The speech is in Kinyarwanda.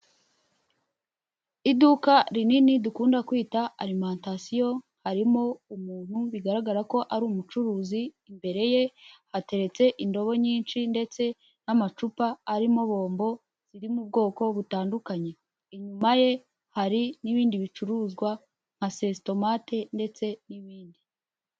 Iduka rinini dukunda kwita alimantasiyo harimo umuntu bigaragara ko ari umucuruzi, imbere ye hateretse indobo nyinshi ndetse n'amacupa arimo bombo ziri mu bwoko butandukanye, inyuma ye hari n'ibindi bicuruzwa nka sesitomate ndetse n'ibindi.